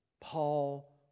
Paul